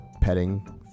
petting